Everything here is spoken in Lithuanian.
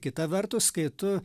kita vertus kai tu